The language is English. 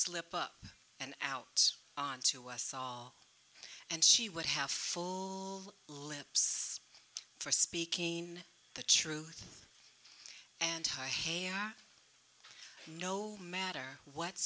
slipped up and out onto us all and she would have full lips for speaking the truth and hi hey are no matter what